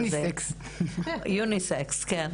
נכנסתי במסווה של ביקור וראיתי מה הולך שם.